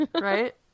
Right